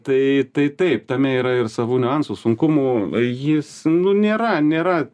tai tai taip tame yra ir savų niuansų sunkumų jis nu nėra nėra